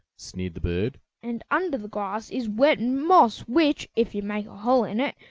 sneered the bird, and under the grass is wet moss, which, if you make a hole in it,